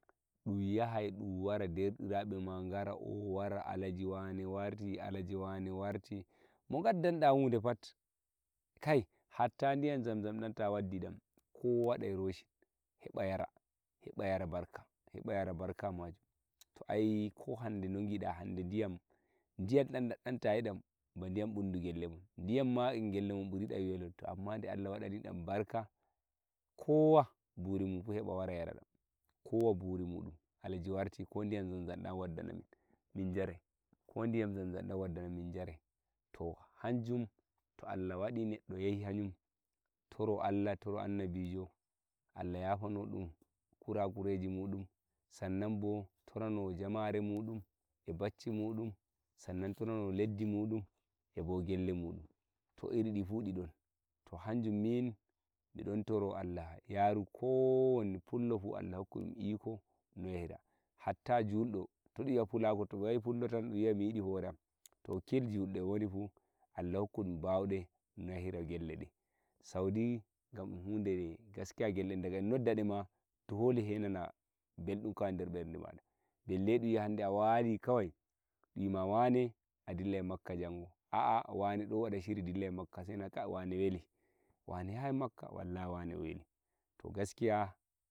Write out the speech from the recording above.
ɗum yahai ɗum wara derdirabe ma ngara o wara alhaji wane warti e alhaji wane warti wane warti mo gaddanɗa huɗe fat kai hatta ndiyam zam- zam ta waddi dam kowa wadai roshin heɓa yara heɓa yara barka majum to ai ko hanɗe no gida ndiyam ndiyam dam dadɗam a yi ai ɗam ba ndiyam ɓundu gello mon ndiyam gelle mon ma ɓuri ɗam weluki to amma nde Allah waɗani ɗam barka kowa buri mun fu heɓa wara yara ɗam kowa buri muɗum alhaji warti ko ndiyam zam- zam dam waddana min min njarai to hanjum to Allah waɗi nedɗo yahi hanun toro Allah toro annabijo Allah yafono ɗum kurakureji munɗum sannan torono jamare muɗun e bacci muɗum e leddi mudum bo e gelle mudum to iridi fuu ndi don to hanjum min ɗon toro Allah yaru kawo ni fullo fu Allah hokku ɗum iko no yahira hatta juldo to ɗum yi'a pula wai pullo dun yi'ai mi yidi hore am to kil juldo wonifu Allah hokka ɗum bauɗe no yahira gelle ɗe saudi gam ɗun huɗe gaskiya gelleɗe gam eɗum nodda ɗema to hollai sai nana mbeldum kawai nder berde mun balle dum yi'a hande a wali kawai ɗun yima wane a dillai makkah jango a'a wane don wada shiri dillai makkah sai nana kai wane weli wane yahai makkah wallahi wane weli to gaskiya